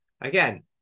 Again